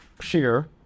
shear